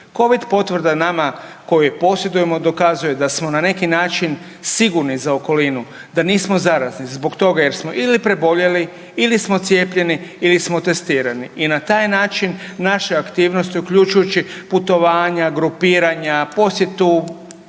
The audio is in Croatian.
Covid potvrda nama koji ju posjedujemo dokazujemo da smo na neki način sigurni za okolinu, da nismo zarazni zbog toga jer smo ili preboljeli ili smo cijepljeni ili smo testirani i na taj način naše aktivnosti uključujući putovanja, grupiranja, posjetu